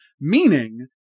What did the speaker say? Meaning